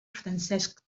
francesc